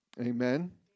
Amen